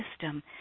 system